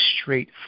straight